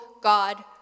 God